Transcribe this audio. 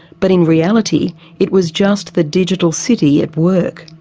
but in reality it was just the digital city at work.